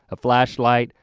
a flashlight,